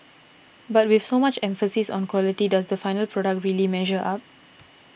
but with so much emphasis on quality does the final product really measure up